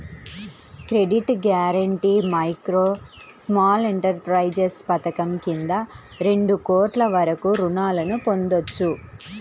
credit guarantee micro, small enterprises పథకం కింద రెండు కోట్ల వరకు రుణాలను పొందొచ్చు